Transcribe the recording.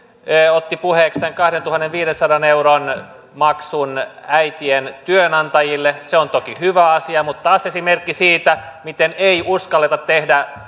otti puheeksi tämän kahdentuhannenviidensadan euron maksun äitien työnantajille se on toki hyvä asia mutta taas esimerkki siitä miten ei uskalleta tehdä